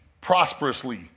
prosperously